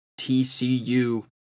tcu